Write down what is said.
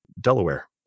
Delaware